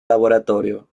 laboratorio